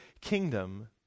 kingdom